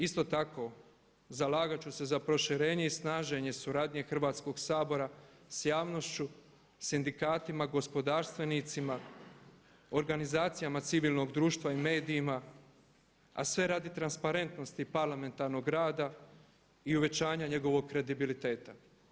Isto tako zalagat ću se za proširenje i snaženje suradnje Hrvatskog sabora sa javnošću, sindikatima, gospodarstvenicima, organizacijama civilnog društva i medijima, a sve radi transparentnosti parlamentarnog rada i uvećanja njegovog kredibiliteta.